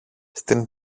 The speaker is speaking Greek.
στην